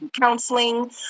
counseling